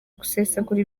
gusesagura